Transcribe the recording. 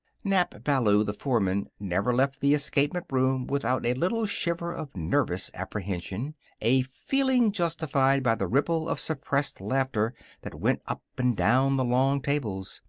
nap ballou, the foreman, never left the escapement room without a little shiver of nervous apprehension a feeling justified by the ripple of suppressed laughter that went up and down the long tables.